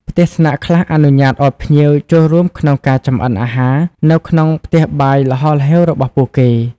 ផ្ទះស្នាក់ខ្លះអនុញ្ញាតឱ្យភ្ញៀវចូលរួមក្នុងការ ចម្អិនអាហារ នៅក្នុងផ្ទះបាយល្ហល្ហេវរបស់ពួកគេ។